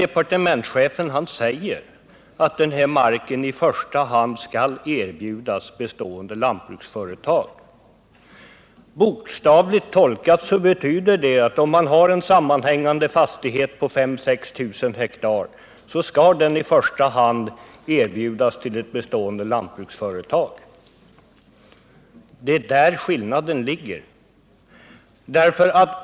Departementschefen säger att den marken i första hand skall erbjudas bestående lantbruksföretag. Bokstavligt tolkat betyder det att en sammanhängande fastighet om 5000 å 6 000 hektar i första hand erbjuds ett bestående lantbruksföretag. Vi reservanter anser att marken bör erbjudas domänverket. Det är där skillnaden ligger.